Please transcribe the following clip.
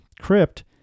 crypt